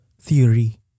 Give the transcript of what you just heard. theory